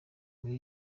muri